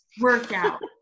workout